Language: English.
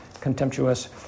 contemptuous